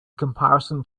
comparison